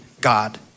God